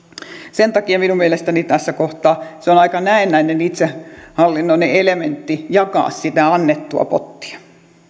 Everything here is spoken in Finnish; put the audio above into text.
sen takia minun mielestäni tässä kohtaa se on aika näennäinen itsehallinnollinen elementti jakaa sitä annettua pottia